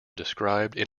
described